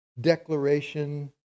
declaration